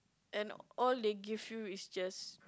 and all they give you is just